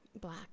Black